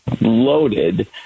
loaded